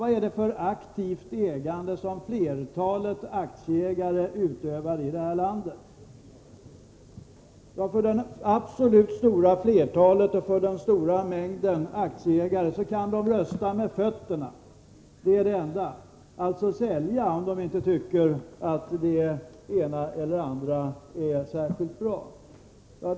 Vad är det för aktivt ägande som flertalet aktieägare utövar i det här landet? Det stora flertalet, den absolut största mängden aktieägare kan rösta med fötterna — det är det enda. De kan alltså sälja sina aktier, om de inte tycker att det ena eller andra är särskilt bra.